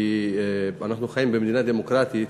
כי אנחנו חיים במדינה דמוקרטית,